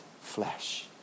flesh